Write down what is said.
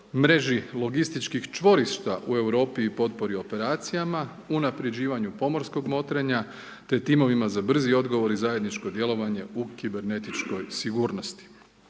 mreži logističkih čvorišta u Europi i potpori operacijama, unapređivanju pomorskog motrenja, te timovima za brzi odgovor i zajedničko djelovanje u kibernetičkoj sigurnosti.